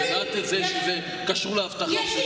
את יודעת את זה שזה קשור לאבטחה.